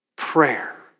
Prayer